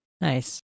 Nice